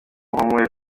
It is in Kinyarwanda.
muhumure